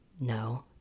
no